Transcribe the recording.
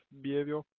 behavior